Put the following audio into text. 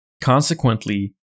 Consequently